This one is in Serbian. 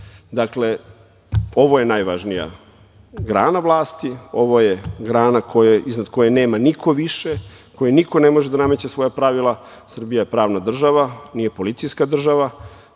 ovo je najvažnija grana vlasti. Ovo je grana iznad koje nema niko više, kojoj niko ne može da nameće svoja pravila. Srbija je pravna država, nije policijska država.